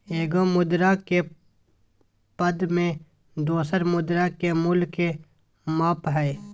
एगो मुद्रा के पद में दोसर मुद्रा के मूल्य के माप हइ